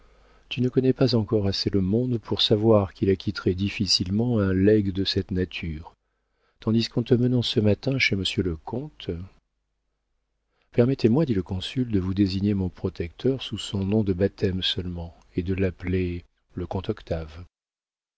tu ne connais pas encore assez le monde pour savoir qu'il acquitterait difficilement un legs de cette nature tandis qu'en te menant ce matin chez monsieur le comte permettez-moi dit le consul de vous désigner mon protecteur sous son nom de baptême seulement et de l'appeler le comte octave